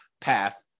path